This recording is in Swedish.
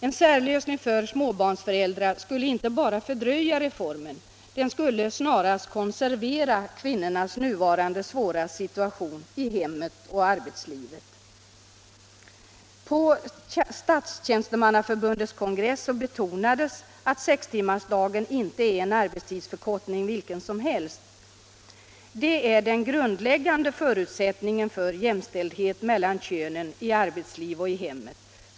En särlösning för småbarnsföräldrar skulle inte bara fördröja reformen, den skulle snarast konservera kvinnornas nuvarande svåra situation i hemmet och arbetslivet. På Statsjänstemannaförbundets kongress betonades att sextimmarsdagen inte är en arbetstidsförkortning vilken som helst. Det är den grundläggande förutsättningen för jämställdhet mellan könen i arbetslivet och i hemmet.